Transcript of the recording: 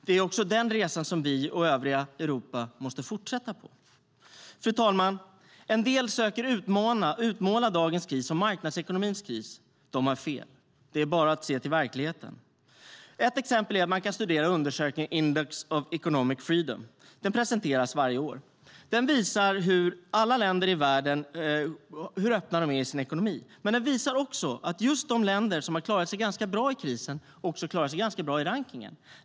Det är också denna resa som vi och övriga Europa måste fortsätta på. Fru talman! En del söker utmåla dagens kris som marknadsekonomins kris. De har fel. Det är bara att se till verkligheten. Man kan till exempel studera undersökningen Index of Economic Freedom . Den presenteras varje år. Den visar hur öppna världens länder är i sin ekonomi, och den visar också att just de länder som har klarat sig ganska bra i krisen också klarar sig ganska bra i rankningen.